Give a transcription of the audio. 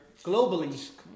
Globally